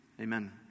Amen